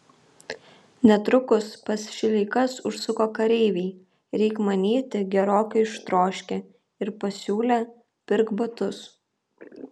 netrukus pas šileikas užsuko kareiviai reik manyti gerokai ištroškę ir pasiūlė pirk batus